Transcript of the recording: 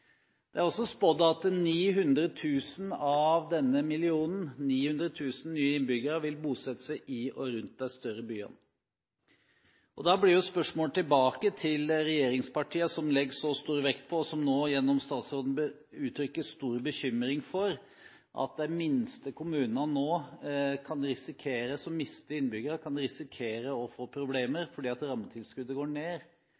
Det er også spådd at 900 000 av denne millionen nye innbyggere vil bosette seg i og rundt de større byene. Da blir spørsmålet til regjeringspartiene, som legger så stor vekt på, og som gjennom statsråden nå uttrykker stor bekymring for, at de minste kommunene som mister innbyggere, kan risikere å få